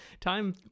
time